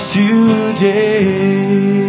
today